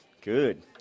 Good